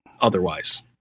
otherwise